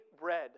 bread